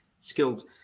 skills